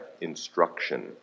Instruction